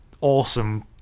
awesome